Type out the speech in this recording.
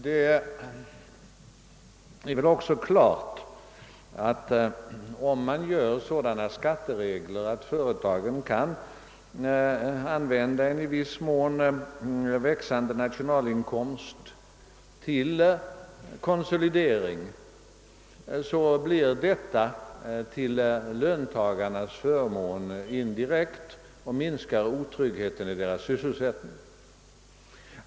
— Det är väl också klart att om man tillämpar sådana skatteregler att företagen kan använda en i viss mån växande nationalinkomst till konsolidering verkar det indirekt till löntagarnas förmån och minskar otryggheten i deras sysselsättning.